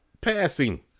passing